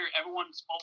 everyone's